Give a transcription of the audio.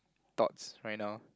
thoughts right now